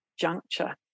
juncture